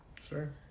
Sure